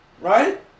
Right